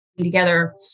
together